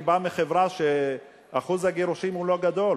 אני בא מחברה שאחוז הגירושין בה הוא לא גדול,